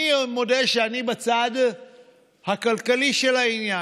אני מודה שאני, בצד הכלכלי של העניין,